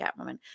Catwoman